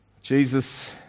Jesus